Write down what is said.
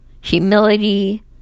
humility